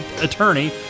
attorney